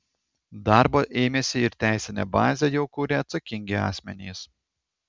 darbo ėmėsi ir teisinę bazę jau kuria atsakingi asmenys